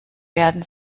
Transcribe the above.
werden